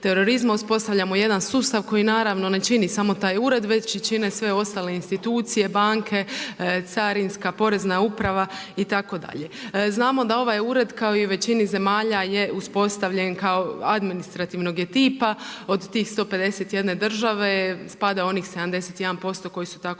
uspostavljamo jedan sustav koji naravno ne čini samo taj ured već i čine sve ostale institucije, banke, carinska, porezna uprava i tako dalje. Znamo da ovaj ured kao i u većini zemalja je uspostavljen kao, administrativnog je tipa, od tih 151 države spada u onih 71% koje su tako